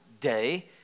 day